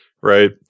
Right